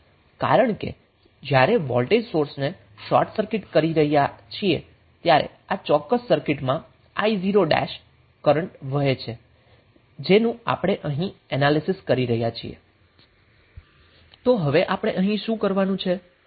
કારણ કે જ્યારે વોલ્ટેજ સોર્સને શોર્ટ સર્કિટ કરી રહ્યા છીએ ત્યારે આ ચોક્કસ સર્કિટમાં i0 વહે છે જેનું આપણે અહીં એનાલીસીસ કરી રહ્યા છીએ −3i1 6i i3 5i0' 0 તો હવે આપણે અહીં શું કરવાનું છે